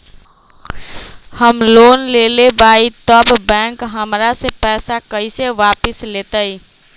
हम लोन लेलेबाई तब बैंक हमरा से पैसा कइसे वापिस लेतई?